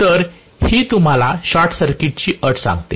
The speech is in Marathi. तर ही तुम्हाला शॉर्ट सर्किटची अट सांगते